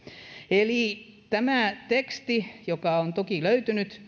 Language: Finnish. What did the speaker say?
eli tämä teksti joka on toki löytynyt